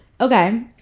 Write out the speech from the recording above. Okay